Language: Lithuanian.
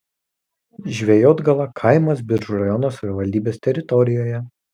žvejotgala kaimas biržų rajono savivaldybės teritorijoje